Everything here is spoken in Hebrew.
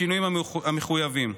בשינויים המחויבים.